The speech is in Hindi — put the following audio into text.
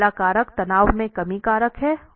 तो पहला कारक तनाव में कमी का कारक है